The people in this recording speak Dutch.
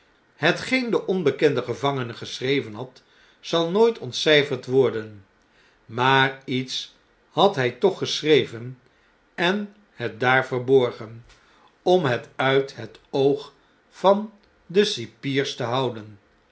hetgeen deonbekende gevangene geschreven had zal nooit ontcjjferd worden maar iets had hjj toch geschreven en het daar verborgen om het uit het oog van den cipier te houden